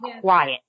quiet